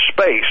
space